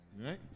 Right